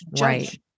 Right